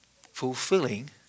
fulfilling